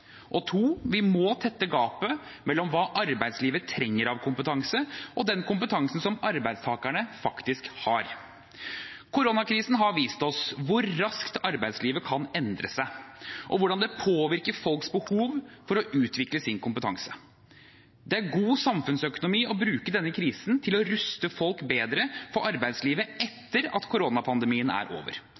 Vi må tette gapet mellom hva arbeidslivet trenger av kompetanse, og den kompetansen arbeidstakerne faktisk har. Koronakrisen har vist oss hvor raskt arbeidslivet kan endre seg, og hvordan det påvirker folks behov for å utvikle sin kompetanse. Det er god samfunnsøkonomi å bruke denne krisen til å ruste folk bedre for arbeidslivet etter at koronapandemien er over.